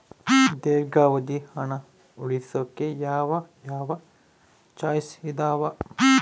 ದೇರ್ಘಾವಧಿ ಹಣ ಉಳಿಸೋಕೆ ಯಾವ ಯಾವ ಚಾಯ್ಸ್ ಇದಾವ?